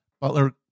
Butler